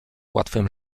łatwym